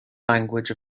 language